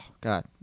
God